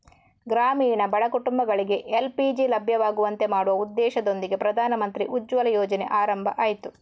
ಗ್ರಾಮೀಣ ಬಡ ಕುಟುಂಬಗಳಿಗೆ ಎಲ್.ಪಿ.ಜಿ ಲಭ್ಯವಾಗುವಂತೆ ಮಾಡುವ ಉದ್ದೇಶದೊಂದಿಗೆ ಪ್ರಧಾನಮಂತ್ರಿ ಉಜ್ವಲ ಯೋಜನೆ ಆರಂಭ ಆಯ್ತು